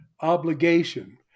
obligation